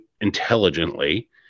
intelligently